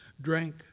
drank